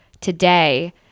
today